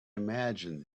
imagine